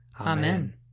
Amen